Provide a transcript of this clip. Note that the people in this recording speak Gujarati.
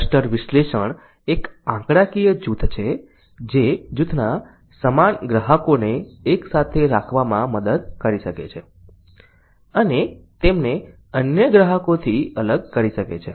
ક્લસ્ટર વિશ્લેષણ એક આંકડાકીય જૂથ છે જે જૂથના સમાન ગ્રાહકોને એકસાથે રાખવામાં મદદ કરી શકે છે અને તેમને અન્ય ગ્રાહકોથી અલગ કરી શકે છે